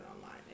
online